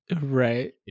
Right